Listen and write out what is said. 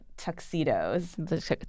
Tuxedos